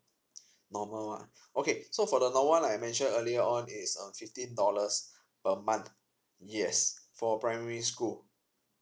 normal one okay so for the normal one I mentioned earlier on it's uh fifteen dollars per month yes for primary school